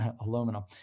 aluminum